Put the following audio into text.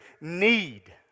need